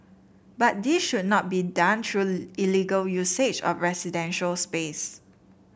but this should not be done through illegal usage of residential space